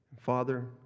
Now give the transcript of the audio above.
Father